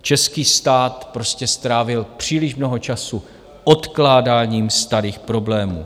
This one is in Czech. Český stát strávil příliš mnoho času odkládáním starých problémů.